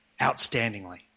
outstandingly